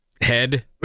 head